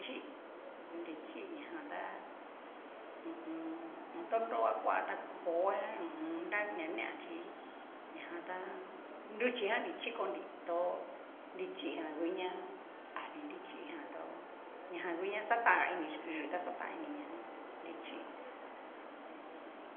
Chí inrichí ña jan ta ho o on. ko tonrova koa ta koa hu u un. nra nea chí ñajan tá, nruchi jan ni chikonri tó, nrichí jan u'ñá, adi nrichí jan tó. ñajan ngu na xatanga iniyú yutá xatan ini na jan nrichí.